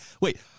wait